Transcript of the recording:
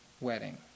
wedding